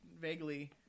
vaguely